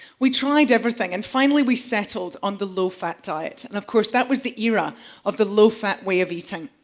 we tried everything and finally we settled on the low-fat diet, and of course that was the era of the low-fat way of eating.